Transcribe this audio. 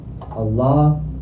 Allah